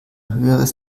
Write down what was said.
höheres